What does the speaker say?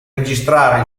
registrare